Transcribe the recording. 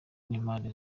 n’impande